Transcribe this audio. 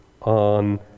on